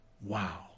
Wow